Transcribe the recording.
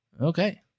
Okay